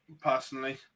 personally